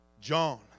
John